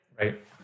Right